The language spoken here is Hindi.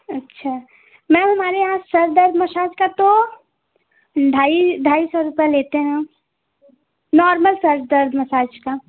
अच्छा मैम हमारे यहाँ सर दर्द मसाज का तो ढाई ढाई सौ रुपया लेते हैं मैम नॉर्मल सर दर्द मसाज का